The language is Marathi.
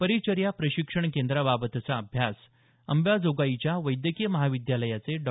परिचर्या प्रशिक्षण केंद्राबाबतचा अभ्यास अंबाजोगाईच्या वैद्यकीय महाविद्यालयाचे डॉ